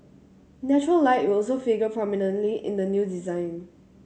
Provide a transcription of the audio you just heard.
natural light will also figure prominently in the new design